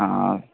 हा